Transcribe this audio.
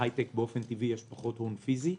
ובהייטק באופן טבעי יש פחות הון פיזי.